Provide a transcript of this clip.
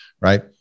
right